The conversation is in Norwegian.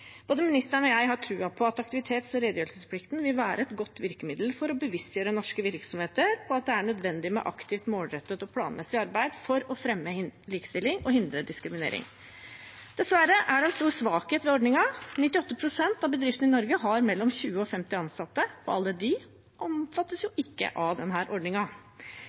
Både ministeren og jeg har tro på at redegjørelses- og aktivitetsplikten vil være et godt virkemiddel for å bevisstgjøre norske virksomheter, og at det er nødvendig med aktivt målrettet og planmessig arbeid for å fremme likestilling og hindre diskriminering. Dessverre er det en stor svakhet ved ordningen. 98 pst. av bedriftene i Norge har mellom 20 og 50 ansatte, og alle de omfattes ikke av